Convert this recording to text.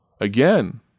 Again